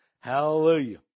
Hallelujah